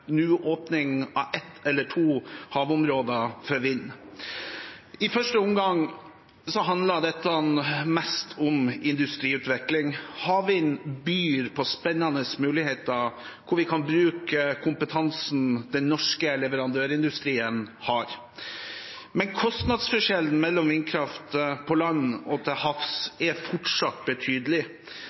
nå åpning av et eller to havområder for vind. I første omgang handler dette mest om industriutvikling. Havvind byr på spennende muligheter, hvor vi kan bruke kompetansen den norske leverandørindustrien har. Men kostnadsforskjellen mellom vindkraft på land og til havs er fortsatt betydelig.